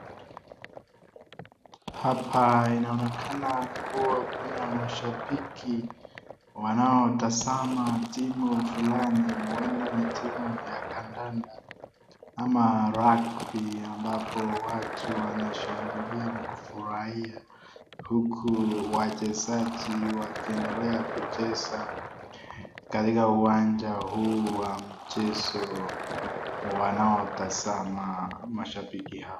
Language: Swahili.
Hapa inaonekana kuwa kuna mashabiki wanaotasama timu fulani huenda ni timu ya kandanda ama rugby ambapo watu wanashangilia na kufurahia huku wachezaji wakiendelea kucheza katika uwanja huu wa michezo. Wanaotazama mashabiki hao.